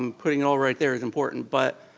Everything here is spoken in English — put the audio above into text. um putting it all right there is important, but,